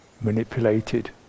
manipulated